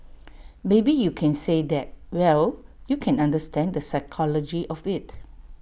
maybe you can say that well you can understand the psychology of IT